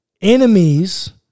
Enemies